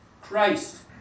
Christ